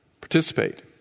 participate